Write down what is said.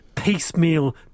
piecemeal